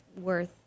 worth